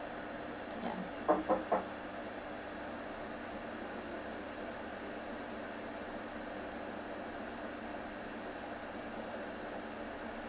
ya